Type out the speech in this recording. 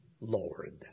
Lord